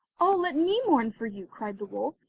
oh, let me mourn for you cried the wolf.